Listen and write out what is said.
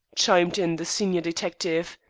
chimed in the senior detective.